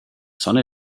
sonne